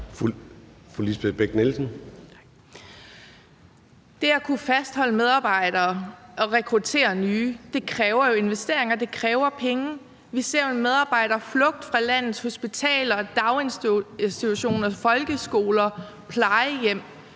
Lisbeth Bech-Nielsen (SF): Det at kunne fastholde medarbejdere og rekruttere nye kræver jo investeringer; det kræver penge. Vi ser en medarbejderflugt fra landets hospitaler, daginstitutioner, folkeskoler, plejehjem.